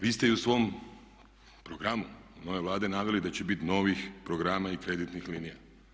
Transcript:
Vi ste i u svom programu nove Vlade naveli da će biti novih programa i kreditnih linija.